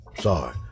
Sorry